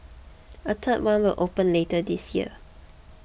a third one will open later this year